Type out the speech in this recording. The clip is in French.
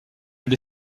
elle